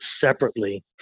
separately